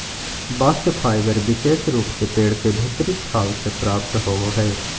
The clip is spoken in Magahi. बास्ट फाइबर विशेष रूप से पेड़ के भीतरी छाल से प्राप्त होवो हय